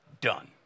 done